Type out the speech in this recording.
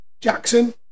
Jackson